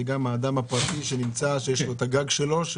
זה גם האדם הפרטי שמניח קולטים על הגג שלו?